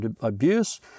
abuse